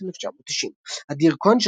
1990. אדיר כהן,